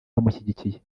bamushyigikiye